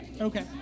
Okay